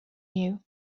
you